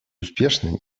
успешной